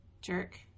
Jerk